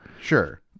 Sure